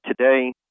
today